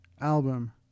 album